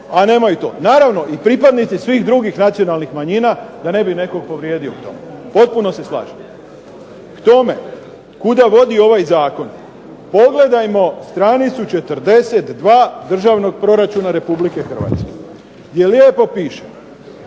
a nemaju to. Naravno i pripadnici svih drugih nacionalnih manjina da ne bih nekoga povrijedio, potpuno se slažem. Prema tome, kome vodi ovaj Zakon? Pogledajmo stranicu 42. državnog proračuna Republike hrvatske. Je li lijepo piše